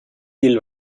hil